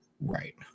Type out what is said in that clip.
Right